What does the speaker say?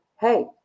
Hey